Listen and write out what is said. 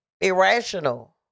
irrational